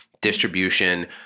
distribution